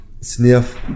sniff